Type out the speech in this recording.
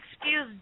excuse